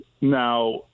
Now